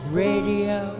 radio